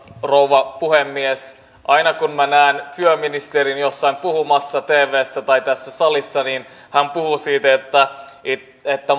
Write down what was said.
rouva puhemies aina kun minä näen työministerin jossain puhumassa tvssä tai tässä salissa niin hän puhuu siitä että